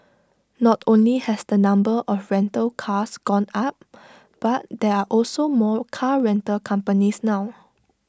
not only has the number of rental cars gone up but there are also more car rental companies now